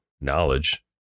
knowledge